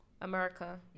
America